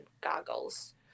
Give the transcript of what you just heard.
goggles